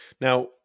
now